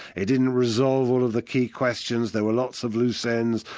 it didn't resolve all of the key questions, there were lots of loose ends,